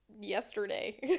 yesterday